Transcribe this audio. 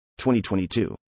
2022